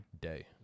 day